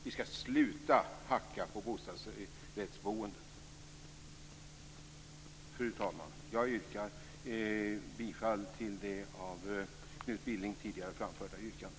Vi skall sluta att hacka på bostadsrättsboendet. Fru talman! Jag bifaller de av Knut Billing tidigare framförda yrkandena.